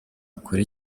ukora